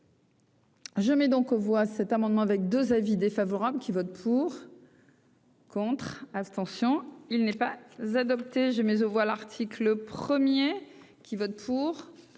Je mets donc aux voix cet amendement avec 2 avis défavorables qui vote pour. Contre, abstention, il n'est pas adopté, j'ai mes aux voix, l'article 1er qui vote pour,